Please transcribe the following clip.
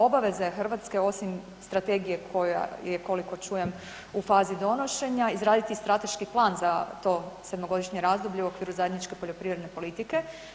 Obaveza je Hrvatske osim strategija koja je koliko čujem, u fazi donošenja, izraditi strateški plan za to sedmogodišnje razdoblje u okviru zajedničke poljoprivredne politike.